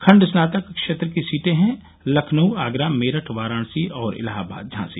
खण्ड स्नातक क्षेत्र की सीटें हैं लखनऊ आगरा मेरठ वाराणसी और इलाहाबाद झांसी